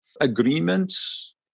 agreements